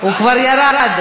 הוא כבר ירד.